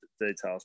details